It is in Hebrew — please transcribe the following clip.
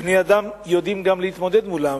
בני-אדם יודעים גם להתמודד מולו,